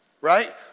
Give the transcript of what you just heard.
right